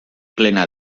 plena